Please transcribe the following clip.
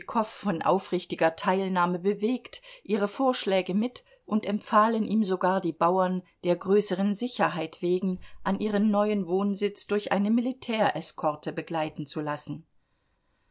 tschitschikow von aufrichtiger teilnahme bewegt ihre vorschläge mit und empfahlen ihm sogar die bauern der größeren sicherheit wegen an ihren neuen wohnsitz durch eine militäreskorte begleiten zu lassen